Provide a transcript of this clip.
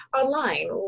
online